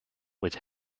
with